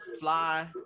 fly